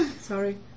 Sorry